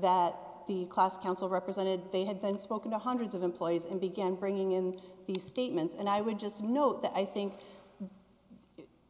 that the class council represented they had been spoken to hundreds of employees and began bringing in these statements and i would just note that i think